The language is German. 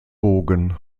bogen